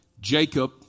Jacob